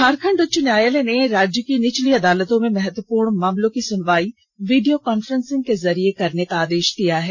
झारखंड उच्च न्यायालय ने राज्य की निचली अदालतों में महत्वपूर्ण मामलों की सुनवाई वीडियो कॉन्फ्रेंसिंग के जरिये करने का आदेष दिया है